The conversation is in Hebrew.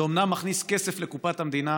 זה אומנם מכניס כסף לקופת המדינה,